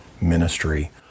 ministry